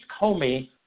Comey